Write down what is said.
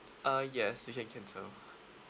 uh yes you can cancel